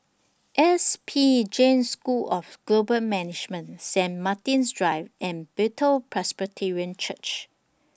S P Jain School of Global Management Saint Martin's Drive and Bethel Presbyterian Church